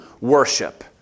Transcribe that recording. worship